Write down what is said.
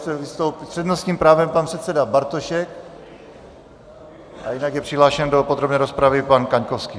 S přednostním právem pan předseda Bartošek, jinak je přihlášen do podrobné rozpravy pan Kaňkovský.